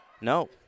No